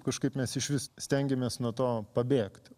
kažkaip mes išvis stengėmės nuo to pabėgti